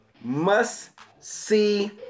must-see